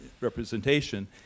representation